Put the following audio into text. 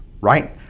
right